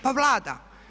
Pa Vlada.